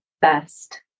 best